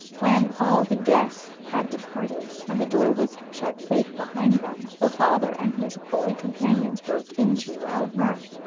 when all the guests had departed and the door was shut safe behind them, the father and his holy companions broke into loud mirth.